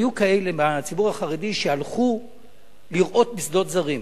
היו כאלה מהציבור החרדי שהלכו לרעות בשדות זרים,